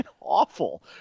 awful